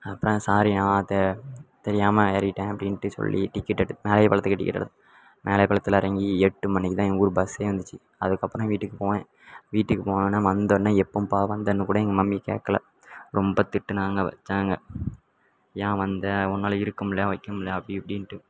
அப்புறம் சாரிண்ணா தெ தெரியாமல் ஏறிவிட்டேன் அப்படின்ட்டு சொல்லி டிக்கெட் எடு மேலையப்பாளையத்துக்கு டிக்கெட் எடுத் மேலையப்பாளையத்துல இறங்கி எட்டு மணிக்குதான் எங்கள் ஊர் பஸ்ஸே வந்துச்சு அதுக்கப்புறம் வீட்டுக்கு போனேன் வீட்டுக்கு போனோன்னே வந்தோன்னே எப்போதுப்பா வந்தேன்னு கூட எங்கள் மம்மி கேட்கல ரொம்ப திட்டினாங்க வைச்சாங்க ஏன் வந்த உன்னால் இருக்க முடியலையா வைக்க முடியலையா அப்படி இப்படின்ட்டு